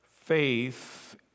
Faith